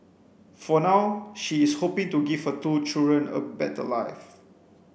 for now she is hoping to give her two children a better life